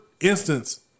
instance